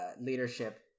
leadership